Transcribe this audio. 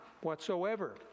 whatsoever